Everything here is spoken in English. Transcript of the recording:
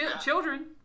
children